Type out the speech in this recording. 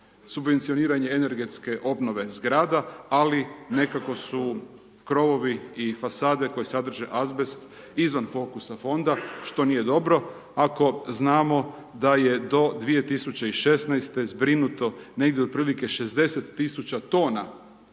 subvencioniranje energetske obnove zgrada, ali nekako su krovovi i fasade koje sadrže azbest iznad fokusa Fonda, što nije dobro, ako znamo da je to 2016. zbrinuto negdje od prilike 60 tisuća tona